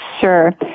Sure